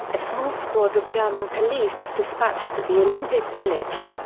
a small squad of german police was dispatched to the olympic village.